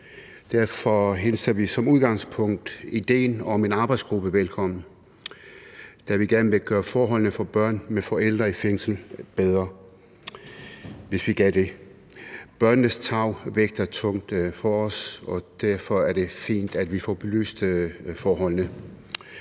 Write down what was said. Derfor hilser vi som udgangspunkt ideen om en arbejdsgruppe velkommen, da vi gerne vil gøre forholdene for børn med forældre i fængsel bedre, hvis vi kan det. Børnenes tarv vægter tungt for os, og derfor er det fint, at vi får belyst forholdene.